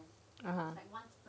(uh huh)